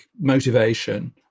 motivation